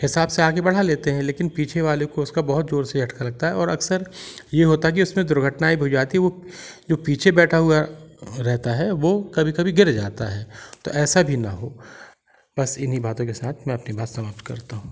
हिसाब से आगे बढ़ लेते हैं लेकिन पीछे वाले को उसका बहुत जोर से झटका लगता है और अक्सर ये होता की उसमे दुर्घटनाएं भी हो जाती है वो जो पीछे बैठ हुआ है रहता है वो कभी कभी गिर जाता है तो ऐसा भी ना हो बस इन्हीं बातों के साथ मैं अपनी बात समाप्त करता हूँ